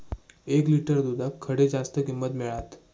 एक लिटर दूधाक खडे जास्त किंमत मिळात?